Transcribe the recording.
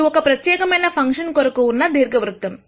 ఇది ఈ ప్రత్యేకమైన ఫంక్షన్ కొరకు ఉన్న ఒక దీర్ఘ వృత్తం